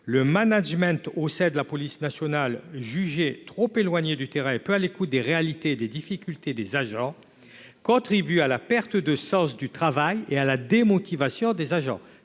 le management au sein de la police nationale, jugée trop éloignée du terrain et peu à l'écoute des réalités et des difficultés des agents, contribue à la perte de sens du travail et à la démotivation des agents.